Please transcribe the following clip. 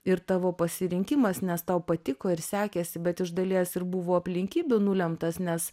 ir tavo pasirinkimas nes tau patiko ir sekėsi bet iš dalies ir buvo aplinkybių nulemtas nes